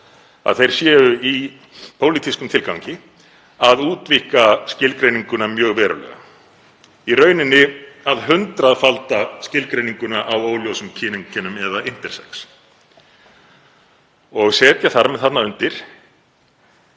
að þeir séu í pólitískum tilgangi að útvíkka skilgreininguna mjög verulega, í rauninni að hundraðfalda skilgreininguna á óljósum kyneinkennum eða intersex og setja þar með þarna undir